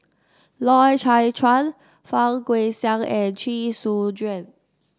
Loy Chye Chuan Fang Guixiang and Chee Soon Juan